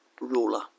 ruler